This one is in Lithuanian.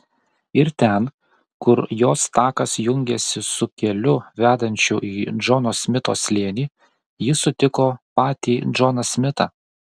ir ten kur jos takas jungėsi su keliu vedančiu į džono smito slėnį ji sutiko patį džoną smitą